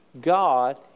God